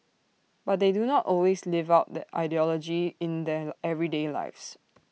but they do not always live out that ideology in their everyday lives